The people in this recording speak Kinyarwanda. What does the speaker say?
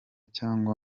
cyangwa